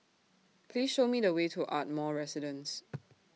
Please Show Me The Way to Ardmore Residence